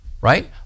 right